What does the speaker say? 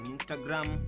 Instagram